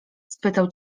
spytał